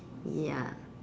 ya